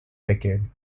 decade